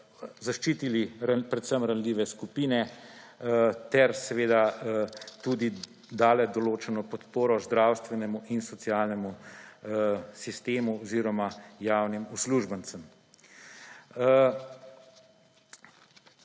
zaščitili predvsem ranljive skupine ter seveda tudi dale določeno podporo zdravstvenemu in socialnemu sistemu oziroma javnim uslužbencem.